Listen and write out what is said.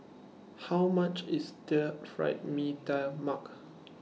How much IS Stir Fried Mee Tai Mak